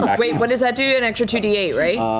wait, what does that do? an extra two d eight, right?